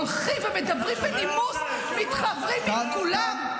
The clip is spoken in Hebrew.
הולכים ומדברים בנימוס, מתחברים עם כולם.